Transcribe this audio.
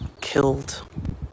killed